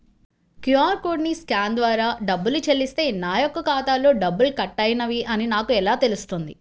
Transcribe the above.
QR కోడ్ని scan ద్వారా డబ్బులు చెల్లిస్తే నా యొక్క ఖాతాలో డబ్బులు కట్ అయినవి అని నాకు ఎలా తెలుస్తుంది?